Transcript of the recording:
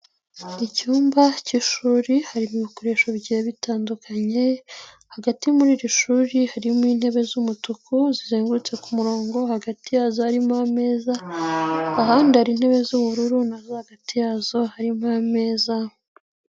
Icyumba cy'ishuri harimo ibikoresho bigiye bitandukanye, hagati muri iri shuri harimo intebe z'umutuku zizengurutse ku murongo hagati yazo harimo ameza, ahandi hari intebe z'ubururu na zo hagati yazo harimo ameza.